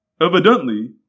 Evidently